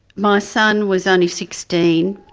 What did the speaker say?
my son was only sixteen,